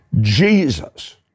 Jesus